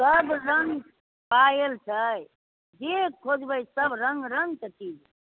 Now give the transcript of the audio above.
सब रङ्ग पायल छै जे खोजबै सब रङ्ग रङ्गके चीज